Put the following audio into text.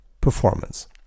performance